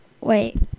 Wait